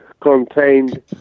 contained